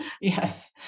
Yes